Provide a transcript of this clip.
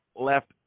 left